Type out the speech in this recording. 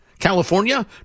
California